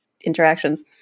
interactions